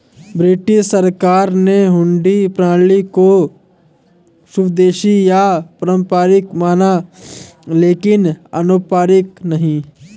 British सरकार ने हुंडी प्रणाली को स्वदेशी या पारंपरिक माना लेकिन अनौपचारिक नहीं